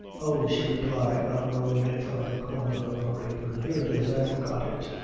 oh, she replied, unrolling it from the corner of her apron, here it is i forgot it ay,